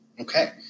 Okay